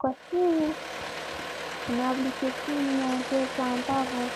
Kwa simu kuna aplikesheni ya pesa ambavyo